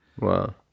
Wow